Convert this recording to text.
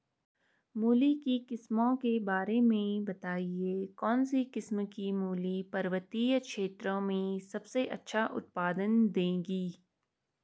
मूली की किस्मों के बारे में बताइये कौन सी किस्म की मूली पर्वतीय क्षेत्रों में सबसे अच्छा उत्पादन देंगी?